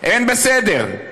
אין בסדר.